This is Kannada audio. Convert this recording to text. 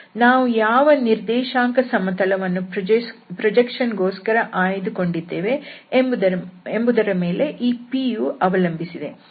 ನಾವು ಯಾವ ನಿರ್ದೇಶಾಂಕ ಸಮತಲವನ್ನು ಪ್ರೊಜೆಕ್ಷನ್ ಗೋಸ್ಕರ ಆಯ್ದುಕೊಂಡಿದ್ದೇವೆ ಎಂಬುದರ ಮೇಲೆ ಈ p ಯು ಅವಲಂಬಿಸಿದೆ